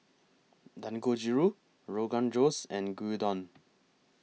Dangojiru Rogan Josh and Gyudon